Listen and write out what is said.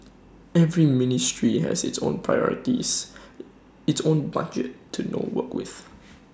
every ministry has its own priorities its own budget to know work with